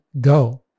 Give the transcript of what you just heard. Go